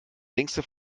längste